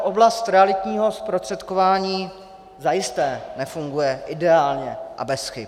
Oblast realitního zprostředkování zajisté nefunguje ideálně a bez chyb.